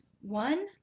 One